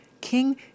King